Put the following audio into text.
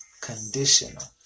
conditional